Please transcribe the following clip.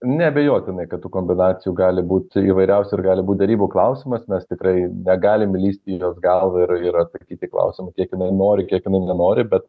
neabejotinai kad tų kombinacijų gali būti įvairiausių ir gali būti derybų klausimas mes tikrai negalim įlįsti į jos galvą ir ir atsakyti į klausimą kiek jinai nori kiek jinai nenori bet